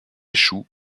échouent